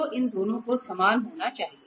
तो इन दोनों को समान होना चाहिए